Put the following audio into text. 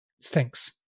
stinks